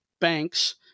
banks